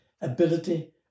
ability